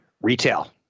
Retail